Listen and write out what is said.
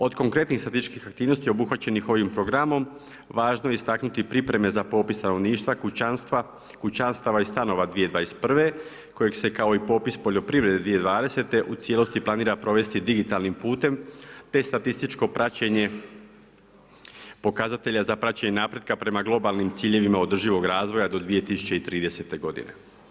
Od konkretnih statističkih aktivnosti obuhvaćenih ovim programom, važno je istaknuti pripreme za popis stanovništva, kućanstva, kućanstava i stanova 2021. kojeg se kao i popis poljoprivrede 2020. u cijelosti planira provesti digitalnim putem te statističko praćenje pokazatelja za praćenje napretka prema globalnim ciljevima održivog razvoja do 2030. godine.